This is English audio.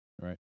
right